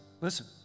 Listen